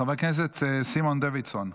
חבר הכנסת סימון דוידסון.